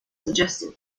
suggested